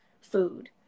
food